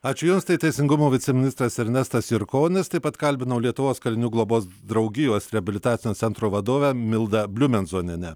ačiū jums tai teisingumo viceministras ernestas jurkonis taip pat kalbinau lietuvos kalinių globos draugijos reabilitacinio centro vadovę mildą bliumenzonienę